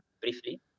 briefly